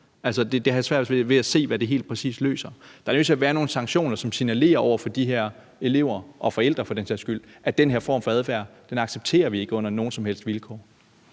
Jeg har svært ved at se, hvad det helt præcis løser. Der er nødt til at være nogle sanktioner, som signalerer over for de her elever og forældre for den sags skyld, at den her form for adfærd accepterer vi ikke under nogen som helst vilkår.